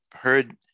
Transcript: Heard